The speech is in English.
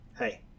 Hey